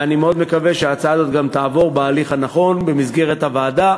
ואני מאוד מקווה שההצעה הזאת גם תעבור בהליך הנכון במסגרת הוועדה,